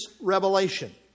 revelation